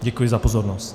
Děkuji za pozornost.